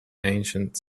ancient